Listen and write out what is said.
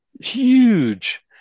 huge